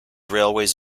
railways